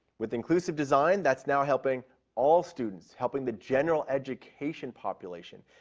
with inclusive design, that's now helping all students. helping the general education population,